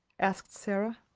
asked sara.